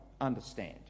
understand